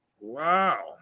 Wow